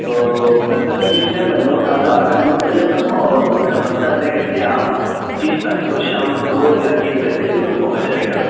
تو دس دس پیس ہیں میں نوٹ آگے نوٹ کر لیتا ہوں اور میرا بندہ لے کر کے آپ پچیس تاریخ کو شام دو یا تین بجے تک بالکل پہنچ جائے گا